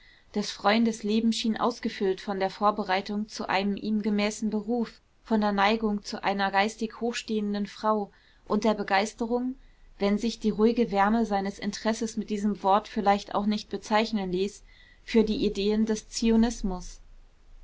des freundes leben schien ausgefüllt von der vorbereitung zu einem ihm gemäßen beruf von der neigung zu einer geistig hochstehenden frau und der begeisterung wenn sich die ruhige wärme seines interesses mit diesem wort vielleicht auch nicht bezeichnen ließ für die ideen des zionismus